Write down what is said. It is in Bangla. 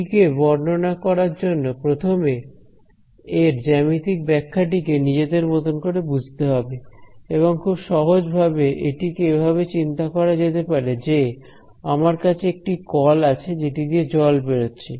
এটিকে বর্ণনা করার জন্য প্রথমে এর জ্যামিতিক ব্যাখ্যাটি কে নিজেদের মতো করে বুঝতে হবে এবং খুব সহজ ভাবে এটিকে এভাবে চিন্তা করা যেতে পারে যে আমার কাছে একটি কল আছে যেটি দিয়ে জল বেরোচ্ছে